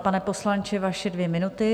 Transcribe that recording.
Pane poslanče, vaše dvě minuty.